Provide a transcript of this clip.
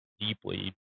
deeply